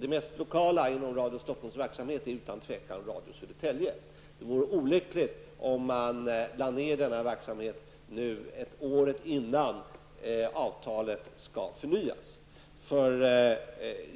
Det mest lokala inom Radio Stockholms verksamhet är utan tvivel Det vore olyckligt om man lade ner denna verksamhet nu, året innan avtalet skall förnyas.